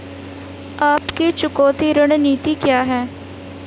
आपकी चुकौती रणनीति क्या है?